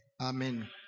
Amen